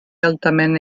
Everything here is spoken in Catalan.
altament